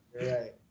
right